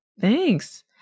Thanks